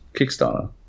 Kickstarter